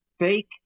fake